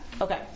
Okay